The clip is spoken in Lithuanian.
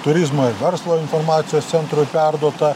turizmo ir verslo informacijos centrui perduota